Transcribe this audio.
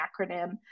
acronym